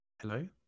Hello